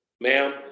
ma'am